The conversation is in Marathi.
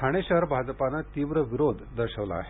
ठाणे शहर भाजपाने तीव्र विरोध दर्शविला आहे